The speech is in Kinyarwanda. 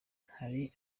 hari